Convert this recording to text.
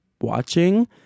watching